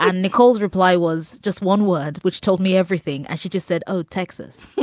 and nicole's reply was just one word which told me everything. and she just said, oh, texas